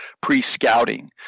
pre-scouting